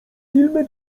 filmy